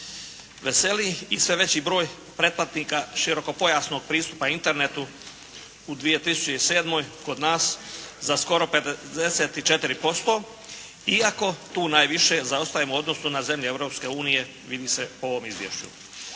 Veseli i sve veći broj pretplatnika širokopojasnog pristupa internetu u 2007. kod nas, za skoro 54% iako tu najviše zaostajemo u odnosu na zemlje Europske unije, vidi se po ovom izvješću.